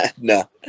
No